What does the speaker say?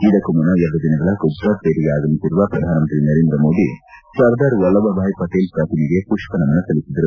ಇದಕ್ಕೂ ಮುನ್ನ ಎರಡು ದಿನಗಳ ಗುಜರಾತ್ ಭೇಟಿಗೆ ಆಗಮಿಸಿರುವ ಪ್ರಧಾನಮಂತ್ರಿ ನರೇಂದ್ರ ಮೋದಿ ಸರ್ದಾರ್ ವಲ್ಲಭ್ಬಾಯ್ ಪಟೇಲ್ ಪ್ರತಿಮೆಗೆ ಪುಪ್ಪನಮನ ಸಲ್ಲಿಸಿದರು